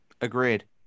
Agreed